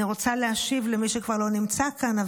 אני רוצה להשיב למי שכבר לא נמצא כאן.